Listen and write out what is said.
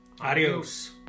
Adios